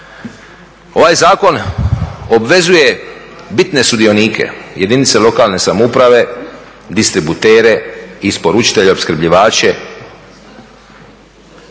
Ovaj zakon obvezuje bitne sudionike jedinice lokalne samouprave, distributere, isporučitelje, opskrbljivače